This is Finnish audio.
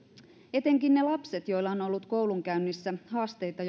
etenkin ne lapset joilla on on ollut koulunkäynnissä haasteita